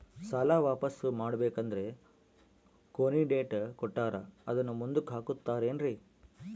ಸಾಲ ವಾಪಾಸ್ಸು ಮಾಡಬೇಕಂದರೆ ಕೊನಿ ಡೇಟ್ ಕೊಟ್ಟಾರ ಅದನ್ನು ಮುಂದುಕ್ಕ ಹಾಕುತ್ತಾರೇನ್ರಿ?